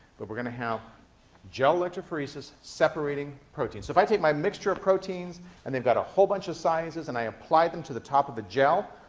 but we're going to have gel electrophoresis separating proteins. so if i take my mixture of proteins and they've got a whole bunch of sizes and i apply them to the top of the gel,